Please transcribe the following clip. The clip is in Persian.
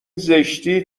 زشتی